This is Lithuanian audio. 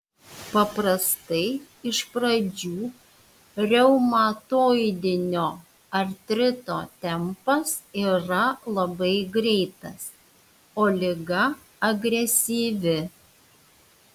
paprastai iš pradžių reumatoidinio artrito tempas yra labai greitas o liga agresyvi